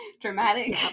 dramatic